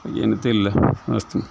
ಎಂಥ ಇಲ್ಲ ಆಸ್ತಿ